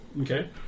Okay